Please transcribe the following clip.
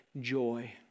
joy